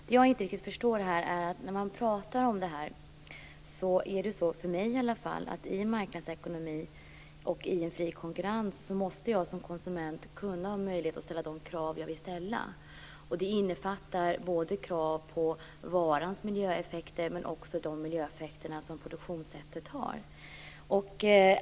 Herr talman! Det är någonting jag inte riktigt förstår här. I en marknadsekonomi, i en fri konkurrens, måste ju jag som konsument ha möjlighet att ställa de krav jag vill ställa. Det innefattar både krav på varans miljöeffekter och krav på produktionssättets miljöeffekter.